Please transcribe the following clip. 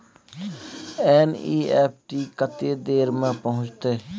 NEFT कत्ते देर में पहुंचतै?